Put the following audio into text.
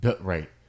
Right